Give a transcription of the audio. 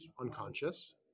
unconscious